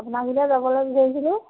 আপোনাৰ গুৰিলৈ যাবলৈ বিচাৰিছিলোঁ